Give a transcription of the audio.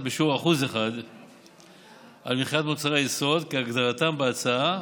בשיעור 1% על מכירת מוצרי יסוד כהגדרתם בהצעה